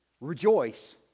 Rejoice